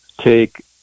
take